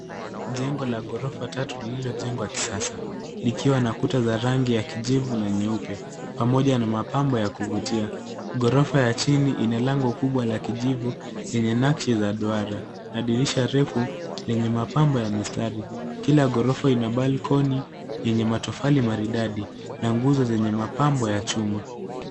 Jengo la gorofa tatu liliojengwa kisasa likiwa na kuta za rangi ya kijivu na nyeupe pamoja na mapambo ya kuvutia. Gorofa ya chini ina lango kubwa la kijivu lenye nakshi za duara na dirisha refu lenye mapambo ya mistari. Kila gorofa ina balcony yenye matofali maridadi na nguzo zenye mapambo ya chuma.